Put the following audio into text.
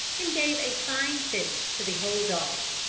and gave a fine finish to the whole dog.